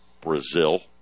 Brazil